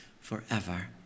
forever